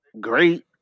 great